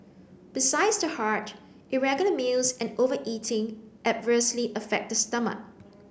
besides the heart irregular meals and overeating adversely affect the stomach